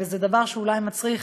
וזה דבר שאולי מצריך